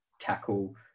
tackle